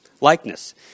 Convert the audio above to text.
likeness